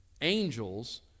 angels